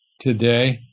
today